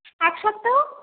এক সপ্তাহ